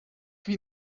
wie